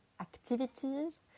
Activities